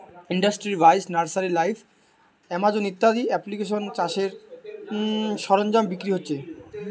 industry বাইশ, nursery live, Amazon ইত্যাদি এপ্লিকেশানে চাষের সরঞ্জাম বিক্রি হচ্ছে